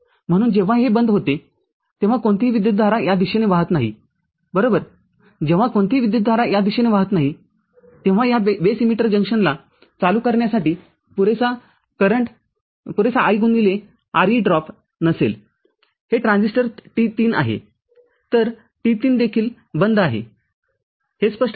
म्हणून जेव्हा हे बंद होते तेव्हा कोणतीही विद्युतधारा या दिशेने वाहत नाही बरोबरजेव्हा कोणतीही विद्युतधारा या दिशेने वाहत नाहीतेव्हा या बेस इमिटर जंक्शनलाचालू करण्यासाठी पुरेसा I गुणिले Re ड्रॉपनसेल हे ट्रान्झिस्टर T3आहे तर T3देखील बंद आहे हे स्पष्ट आहे का